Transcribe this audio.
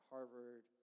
Harvard